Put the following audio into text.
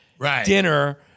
dinner